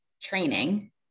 training